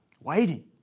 Waiting